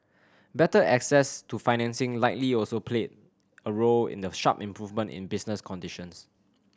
better access to financing likely also played a role in the sharp improvement in business conditions